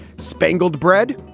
spangled bread.